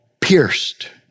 pierced